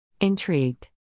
Intrigued